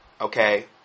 Okay